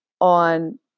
on